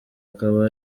akaba